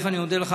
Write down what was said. אני מודה לך,